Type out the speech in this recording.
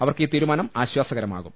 അവർക്ക് ഈ തീരുമാനം ആശ്വസകരമാകും